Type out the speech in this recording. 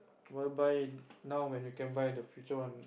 while by now when you can buy the future one